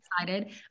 excited